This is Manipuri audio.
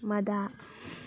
ꯃꯗꯥ